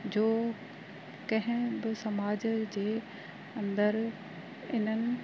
जो कंहि बि समाज जे अंदरु हिननि